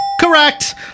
Correct